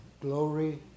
glory